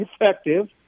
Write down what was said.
effective